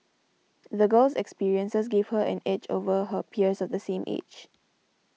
the girl's experiences gave her an edge over her peers of the same age